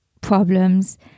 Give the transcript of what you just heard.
problems